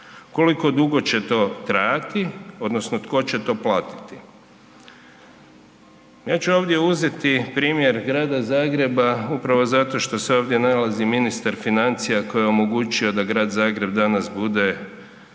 koliko dugo će to trajati odnosno tko će to platiti? Ja ću ovdje uzeti primjer Grada Zagreba upravo zato što se ovdje nalazi ministar financija koji je omogućio da Grad Zagreb danas bude